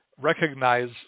recognize